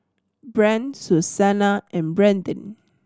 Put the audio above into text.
Brant Susannah and Brandyn